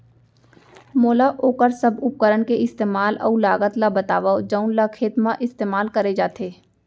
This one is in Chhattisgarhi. मोला वोकर सब उपकरण के इस्तेमाल अऊ लागत ल बतावव जउन ल खेत म इस्तेमाल करे जाथे?